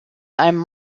einem